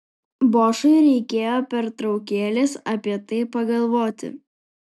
bošui reikėjo pertraukėlės apie tai pagalvoti